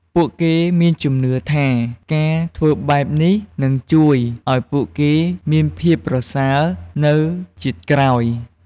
ពួកគេមានជំនឿថា ការធ្វើបែបនេះនឹងជួយឱ្យពួកគេមានភាពប្រសើរនៅជាតិក្រោយ។